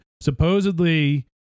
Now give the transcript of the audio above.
Supposedly